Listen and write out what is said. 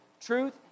Truth